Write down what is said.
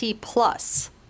Plus